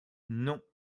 non